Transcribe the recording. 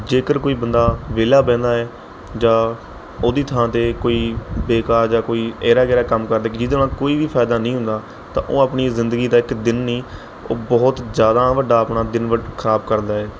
ਜੇਕਰ ਕੋਈ ਬੰਦਾ ਵਿਹਲਾ ਬਹਿੰਦਾ ਹੈ ਜਾਂ ਉਹਦੀ ਥਾਂ 'ਤੇ ਕੋਈ ਬੇਕਾਰ ਜਾਂ ਕੋਈ ਏਰਾ ਗੇਰਾ ਕੰਮ ਕਰਦੇ ਜਿਹਦੇ ਨਾਲ ਕੋਈ ਵੀ ਫਾਇਦਾ ਨਹੀਂ ਹੁੰਦਾ ਤਾਂ ਉਹ ਆਪਣੀ ਜ਼ਿੰਦਗੀ ਦਾ ਇੱਕ ਦਿਨ ਨਹੀਂ ਉਹ ਬਹੁਤ ਜ਼ਿਆਦਾ ਵੱਡਾ ਆਪਣਾ ਦਿਨ ਵਡ ਖਰਾਬ ਕਰਦਾ ਹੈ